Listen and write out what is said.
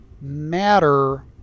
matter